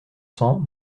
cents